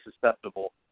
susceptible